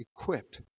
equipped